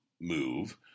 move